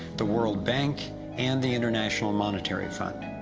the world bank and the international monetary fund.